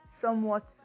somewhat